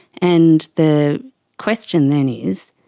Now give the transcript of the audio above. and the question then is,